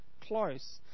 close